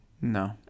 No